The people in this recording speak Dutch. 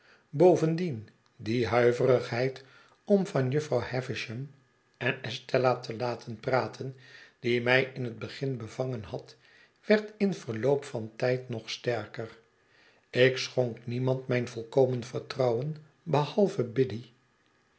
bovendien die huiverigheid om van jufvrouw havisham en estella te laten praten die mij in het begin bevangen had werd in verloop van ttjd nog sterker ik schonk niemand mijn volkomen vertrouwen behalve biddy